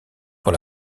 pour